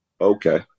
Okay